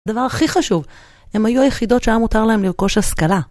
הדבר הכי חשוב, הם היו היחידות שהיה מותר להם לרכוש השכלה.